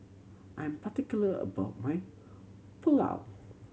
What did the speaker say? I'm particular about my Pulao